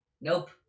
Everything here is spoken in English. Nope